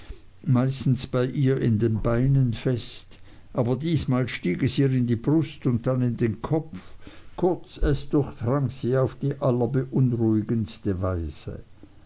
meistens bei ihr in den beinen fest aber diesmal stieg es ihr in die brust und dann in den kopf kurz es durchdrang sie auf die allerbeunruhigendste weise